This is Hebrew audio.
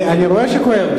אני רואה שכואב.